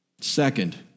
Second